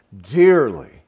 dearly